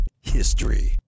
history